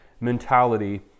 mentality